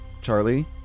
Charlie